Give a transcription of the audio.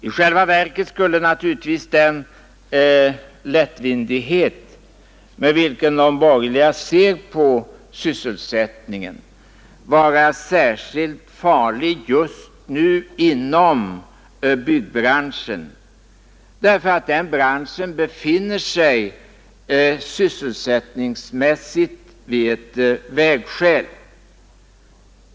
I själva verket skulle naturligtvis den lättvindighet med vilken de borgerliga ser på sysselsättningen vara särskilt farlig just nu inom byggbranschen, eftersom denna sysselsättningsmässigt befinner sig vid ett vägskäl.